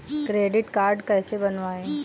Credit card कैसे बनवाएँ?